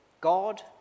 God